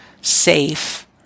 safe